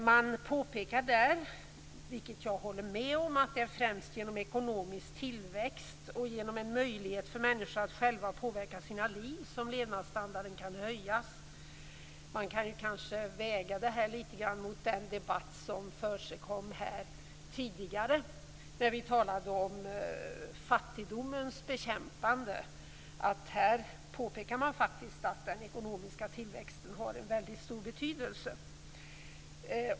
Man påpekar där, vilket jag håller med om, att det främst är genom ekonomisk tillväxt och genom en möjlighet för människorna själva att påverka sina liv som levnadsstandarden kan höjas. Man kan kanske väga detta litet mot den debatt som förekom här tidigare när vi talade om fattigdomens bekämpande. Här påpekar man faktiskt att den ekonomiska tillväxten har mycket stor betydelse.